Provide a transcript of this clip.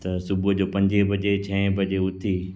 त सुबुह जो पंजे बजे छह बजे उथी